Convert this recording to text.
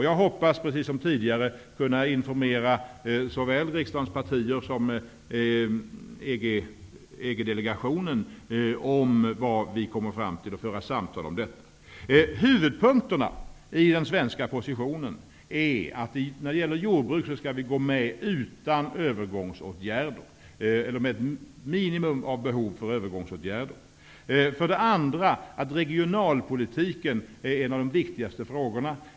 Jag hoppas precis som tidigare kunna informera såväl riksdagens partier som EG delegationen om vad vi kommer fram till och föra samtal om detta. Huvudpunkterna i den svenska positionen är att behovet av övergångsåtgärder för jordbruket skall vara ett minimum när vi går med i EG. För det andra är regionalpolitiken en av de viktigaste frågorna.